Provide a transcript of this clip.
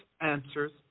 answers